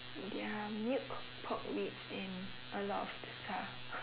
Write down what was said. their milk pork ribs and a lot of zi char